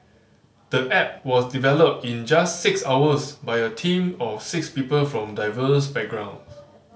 the app was developed in just six hours by you team of six people from diverse backgrounds